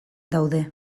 daude